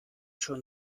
schon